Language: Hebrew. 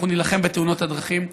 אנחנו נילחם בתאונות הדרכים,